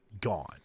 gone